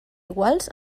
iguals